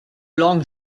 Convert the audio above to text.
long